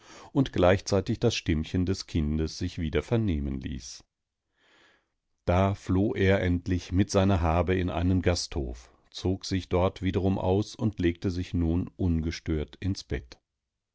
und gleichzeitig das stimmchen des kindes sich wieder vernehmen ließ da floh er endlich mit seiner habe in einen gasthof zog sich dort wiederum aus und legte sich nun ungestört ins bett